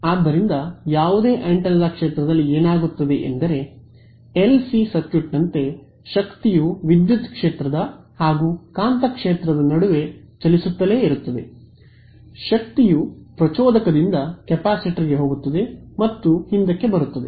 ಆದ್ದರಿಂದ ಯಾವುದೇ ಆಂಟೆನಾದ ಹತ್ತಿರದ ಕ್ಷೇತ್ರದಲ್ಲಿ ಏನಾಗುತ್ತದೆ ಎಂದರೆ ಎಲ್ ಸಿ ಸರ್ಕ್ಯೂಟ್ನಂತೆ ಶಕ್ತಿಯು ವಿದ್ಯುತ್ ಕ್ಷೇತ್ರದ ಹಾಗೂ ಕಾಂತಕ್ಷೇತ್ರದ ನಡುವೆ ಚಲಿಸುತ್ತಲೇ ಇರುತ್ತದೆ ಶಕ್ತಿಯು ಪ್ರಚೋದಕದಿಂದ ಕೆಪಾಸಿಟರ್ಗೆ ಹೋಗುತ್ತದೆ ಮತ್ತು ಹಿಂದಕ್ಕೆ ಬರುತ್ತದೆ